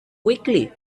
quickly